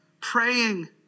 praying